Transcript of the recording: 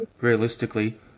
realistically